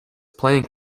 playing